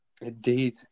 indeed